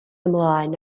ymlaen